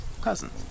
cousins